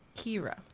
Kira